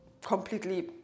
completely